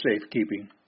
safekeeping